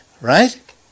right